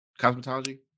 cosmetology